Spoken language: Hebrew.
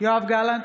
יואב גלנט,